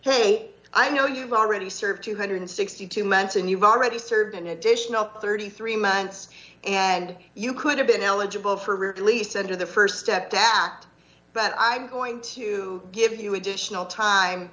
hey i know you've already served two hundred and sixty two months and you've already served an additional thirty three months and you could have been eligible for release under the st step dad but i'm going to give you additional time